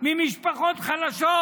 ממשפחות חלשות,